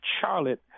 Charlotte